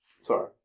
Sorry